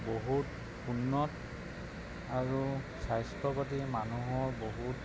বহুত উন্নত আৰু স্বাস্থ্য পাতি মানুহৰ বহুত